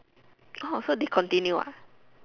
so did continue